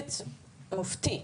בשקט מופתי.